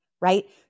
right